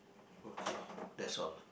okay that's all